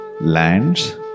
lands